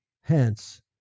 hence